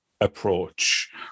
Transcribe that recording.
approach